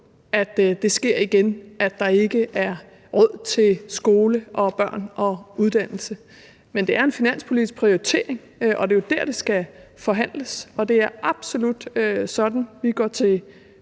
at det sker igen, at der ikke er råd til skoler, børn og uddannelse. Men det er en finanspolitisk prioritering, og det er jo der, det skal forhandles. Det er absolut sådan, vi går til